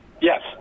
Yes